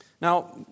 Now